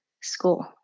school